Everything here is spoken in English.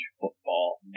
football